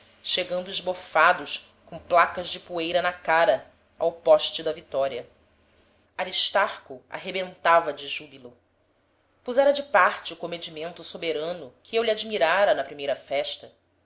chegando estofados com placas de poeira na cara ao poste da vitória aristarco arrebentava de júbilo pusera de parte o comedimento soberano que eu lhe admirara na primeira festa